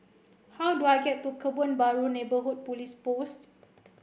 how do I get to Kebun Baru Neighbourhood Police Post